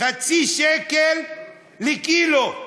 חצי שקל לקילו.